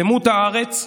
שלמות הארץ,